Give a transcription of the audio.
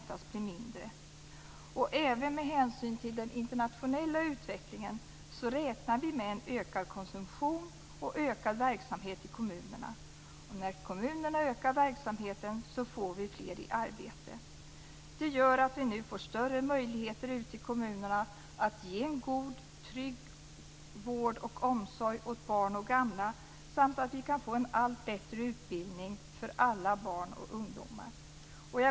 Även med hänsyn tagen till den internationella utvecklingen räknar vi med en ökad konsumtion och ökad verksamhet i kommunerna. Och när kommunerna ökar verksamheten får vi fler i arbete. Det gör att vi nu får större möjligheter ute i kommunerna att ge en god, trygg vård och omsorg åt barn och gamla samt att vi kan få en allt bättre utbildning för alla barn och ungdomar.